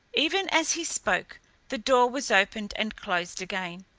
even as he spoke the door was opened and closed again.